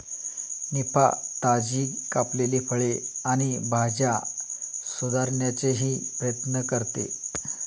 निफा, ताजी कापलेली फळे आणि भाज्या सुधारण्याचाही प्रयत्न करते